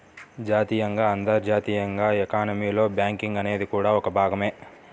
జాతీయంగా, అంతర్జాతీయంగా ఎకానమీలో బ్యాంకింగ్ అనేది కూడా ఒక భాగమే